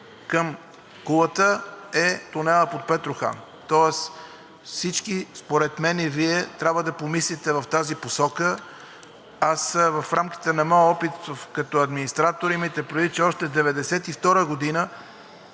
към Кулата е тунелът под Петрохан. Тоест всички Вие, според мен, трябва да помислите в тази посока. В рамките на моя опит като администратор – имайте предвид, че още от 1992 г.